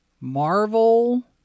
Marvel